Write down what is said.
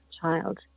child